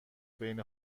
بین